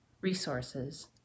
resources